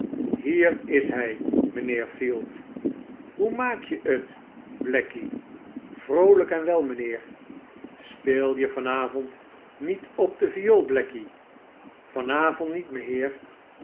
hier is hy mynheer field hoe maak je het blackey vroolyk en wel meheer speel je van avond niet op de viool blackey van avond niet